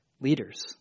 leaders